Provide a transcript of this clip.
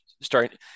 starting